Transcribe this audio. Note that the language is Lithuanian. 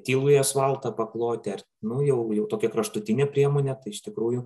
tylųjį asfaltą pakloti ar nu jau jau tokia kraštutinė priemonė tai iš tikrųjų